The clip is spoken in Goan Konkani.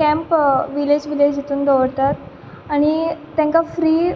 कँप विलेज विलेज हितून दवरतात आनी तांकां फ्री